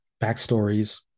backstories